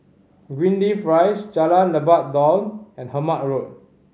Greenleaf Rise Jalan Lebat Daun and Hemmant Road